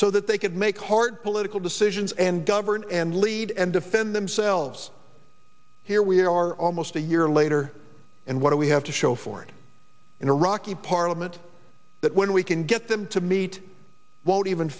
so that they could make heart political decisions and govern and lead and defend themselves here we are almost a year later and what do we have to show for it in a rocky parliament that when we can get them to meet won't even